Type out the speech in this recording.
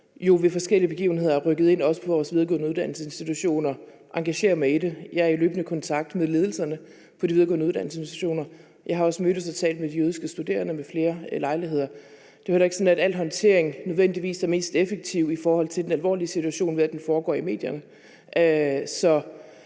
ved forskellige begivenheder også er rykket ind på vores videregående uddannelsesinstitutioner, og engagere mig i det. Jeg er i løbende kontakt med ledelserne på de videregående uddannelsesinstitutioner, og jeg har også mødtes og talt med de jødiske studerende ved flere lejligheder. Det er jo heller ikke sådan, at al håndtering nødvendigvis er mest effektivt i forhold til den alvorlige situation, ved at den foregår i medierne.